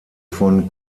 von